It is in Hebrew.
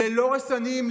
ללא רסנים,